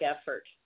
effort